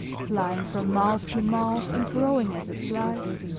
flying from mouth to mouth and growing as it flies